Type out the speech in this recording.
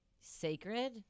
sacred